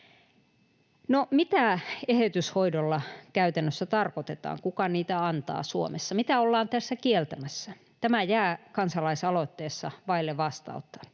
mitä eheytyshoidolla käytännössä tarkoitetaan, kuka niitä antaa Suomessa? Mitä ollaan tässä kieltämässä? Tämä jää kansalaisaloitteessa vaille vastausta.